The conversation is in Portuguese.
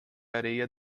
areia